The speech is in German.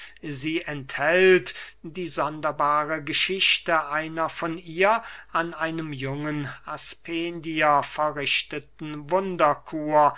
sie enthält die sonderbare geschichte einer von ihr an einem jungen aspendier verrichteten wunderkur